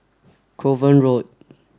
Kovan Road